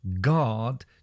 God